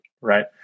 Right